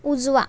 उजवा